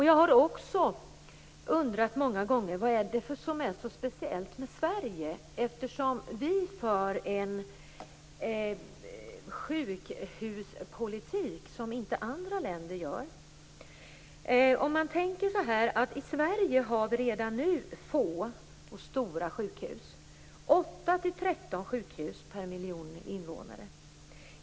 Jag har också många gånger undrat vad det är som är så speciellt med Sverige eftersom vi för en sjukhuspolitik som inte andra länder för. I Sverige har vi redan nu få och stora sjukhus. Här finns det 8-13 sjukhus per miljon invånare.